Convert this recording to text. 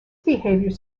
behaviors